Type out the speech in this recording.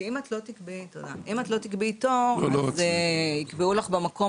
כי אם את לא תקבעי תור אז יקבעו לך במקום